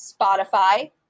Spotify